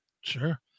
Sure